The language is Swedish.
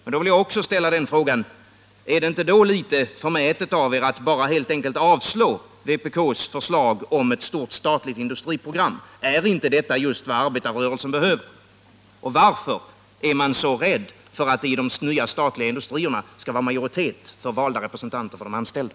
Jag vill också fråga: Är det inte litet förmätet av er att bara helt enkelt avstyrka vpk:s förslag om ett stort statligt industriprogram? Är inte detta just vad arbetarrörelsen behöver? Och varför är man så rädd för att det i de nya statliga industrierna skall vara majoritet för valda representanter för de anställda?